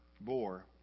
bore